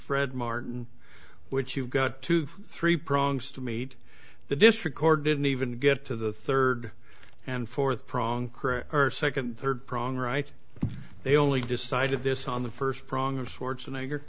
fred martin which you've got two three prongs to meet the district court didn't even get to the third and fourth prong or second third prong right they only decided this on the first prong